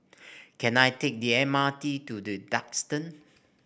can I take the M R T to The Duxton